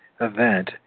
event